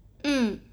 mm